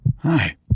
Hi